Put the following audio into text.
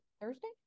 thursday